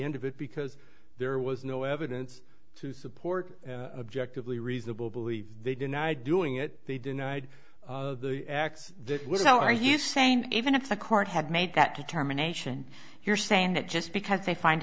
end of it because there was no evidence to support an objective lee reasonable belief they deny doing it they denied the acts that were so are you saying even if the court had made that determination you're saying that just because they find